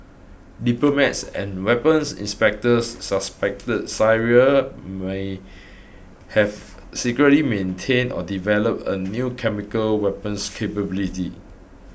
diplomats and weapons inspectors suspected Syria may have secretly maintained or developed a new chemical weapons capability